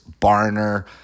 Barner